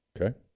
Okay